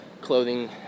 clothing